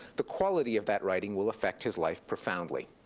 the quality of that writing will affect his life profoundly.